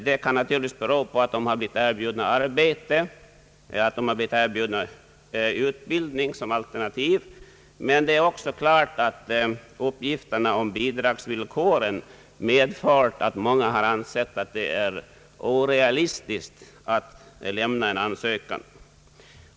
Detta kan naturligtvis bero på att de blivit erbjudna arbete eller erbjudits utbildning som alternativ, men det är också klart att uppgifterna om bidragsvillkoren medfört att många ansett det orealistiskt att lämna in en ansökan.